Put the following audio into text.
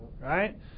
Right